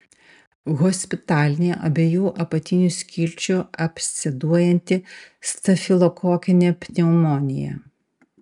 hospitalinė abiejų apatinių skilčių absceduojanti stafilokokinė pneumonija